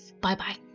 Bye-bye